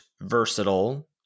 versatile